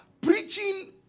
preaching